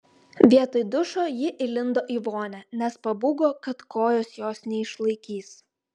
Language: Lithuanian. vietoj dušo ji įlindo į vonią nes pabūgo kad kojos jos neišlaikys